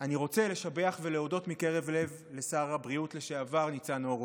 רוצה לשבח ולהודות מקרב לב לשר הבריאות לשעבר ניצן הורוביץ.